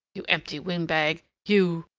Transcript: you empty windbag! you.